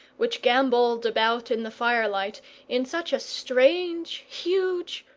which gambolled about in the firelight in such a strange, huge,